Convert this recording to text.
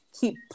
keep